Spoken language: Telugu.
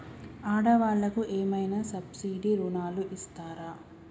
ఆడ వాళ్ళకు ఏమైనా సబ్సిడీ రుణాలు ఇస్తారా?